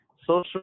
social